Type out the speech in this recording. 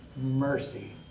mercy